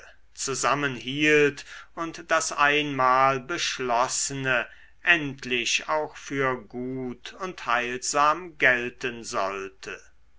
zusammenhielt und das einmal beschlossene endlich auch für gut und heilsam gelten sollte